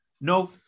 no